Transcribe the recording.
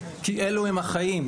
כי אלו הם החיים,